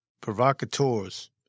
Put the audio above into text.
provocateurs